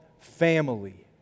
Family